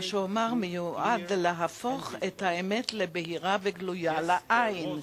מה שאומר מיועד להפוך את האמת לבהירה וגלויה לעין.